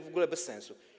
W ogóle bez sensu.